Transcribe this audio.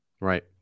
Right